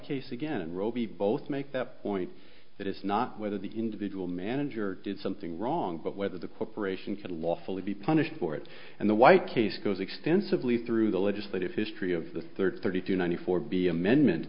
case again robi both make the point that it's not whether the individual manager did something wrong but whether the corporation could lawfully be punished for it and the white case goes extensively through the legislative history of the thirty thirty two ninety four b amendment